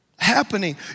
Happening